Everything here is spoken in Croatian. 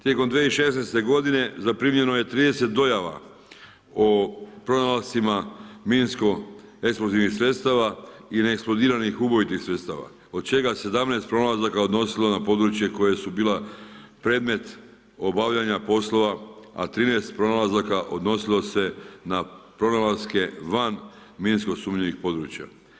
Tijekom 2016. godine zaprimljeno je 30 dojava o pronalascima minsko-eksplozivnih sredstava i neeksplodiranih ubojitih sredstava od čega se 17 pronalazaka odnosilo na područja koja su bila predmet obavljanja poslova, a 13 pronalazaka odnosilo se na pronalaske van minsko sumnjivih područja.